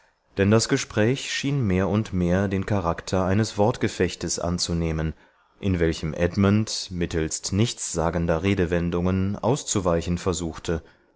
denn das gespräch schien mehr und mehr den charakter eines wortgefechtes anzunehmen in welchem edmund mittelst nichtssagender redewendungen auszuweichen versuchte